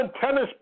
tennis